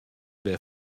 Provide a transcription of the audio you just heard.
wer